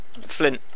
flint